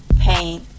pain